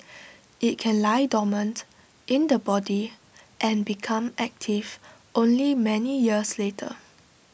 IT can lie dormant in the body and become active only many years later